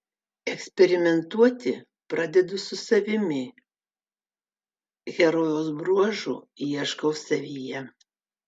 eksperimentuoti pradedu su savimi herojaus bruožų ieškau savyje